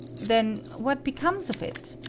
then what becomes of it?